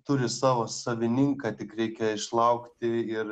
turi savo savininką tik reikia išlaukti ir